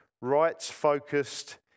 rights-focused